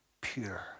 pure